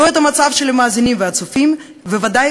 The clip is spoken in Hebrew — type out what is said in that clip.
לא את המצב של המאזינים והצופים וודאי